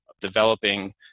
developing